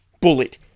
Bullet